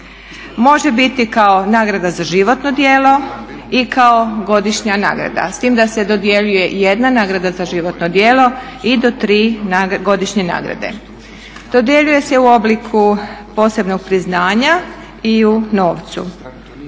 Može biti kao nagrada za životno djelo i kao godišnja nagrada s tim da se dodjeljuje jedna nagrada za životno djelo i do tri godišnje nagrade. Dodjeljuje se u obliku posebnog priznanja i u novcu.